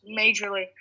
majorly